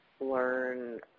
learn